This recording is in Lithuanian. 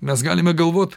mes galime galvot